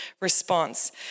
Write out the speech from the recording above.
response